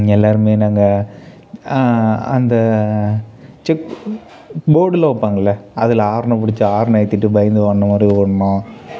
எல்லாருமே நாங்கள் அந்த செப் போர்டுலாம் வைப்பாங்களே அதில் ஹாரனை பிடிச்சி ஹாரனை அழுத்திவிட்டு பயந்து ஓட்னமாதிரி ஓட்டினோம்